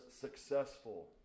successful